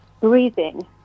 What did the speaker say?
Breathing